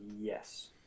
Yes